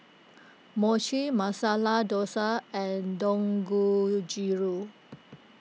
Mochi Masala Dosa and Dangojiru